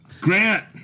Grant